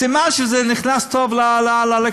סימן שזה נכנס טוב ללקסיקון.